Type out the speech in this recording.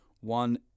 one